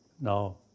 now